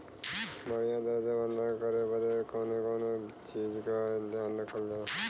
बढ़ियां तरह से भण्डारण करे बदे कवने कवने चीज़ को ध्यान रखल जा?